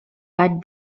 had